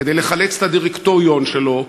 כדי לחלץ את הדירקטוריון שלו,